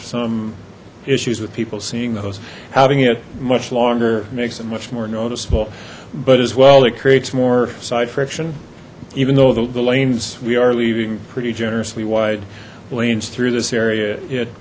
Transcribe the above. some issues with people seeing those having it much longer makes it much more noticeable but as well it creates more side friction even though the lanes we are leaving pretty generously wide lanes through this area it